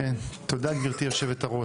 תודה גברתי היו"ר.